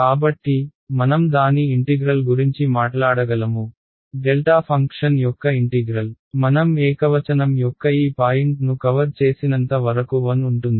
కాబట్టి మనం దాని ఇంటిగ్రల్ గురించి మాట్లాడగలము డెల్టా ఫంక్షన్ యొక్క ఇంటిగ్రల్ మనం ఏకవచనం యొక్క ఈ పాయింట్ను కవర్ చేసినంత వరకు 1 ఉంటుంది